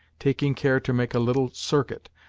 taking care to make a little circuit,